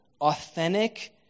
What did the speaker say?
authentic